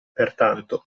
pertanto